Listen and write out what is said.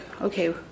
okay